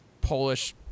Polish